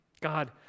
God